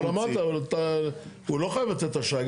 אבל אתה אמרת, הוא לא חייב לתת אשראי.